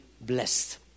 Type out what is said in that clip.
blessed